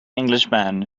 englishman